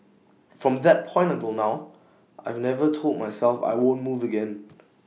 from that point until now I've never told myself I won't move again